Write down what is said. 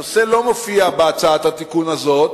הנושא לא מופיע בהצעת התיקון הזאת,